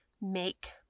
make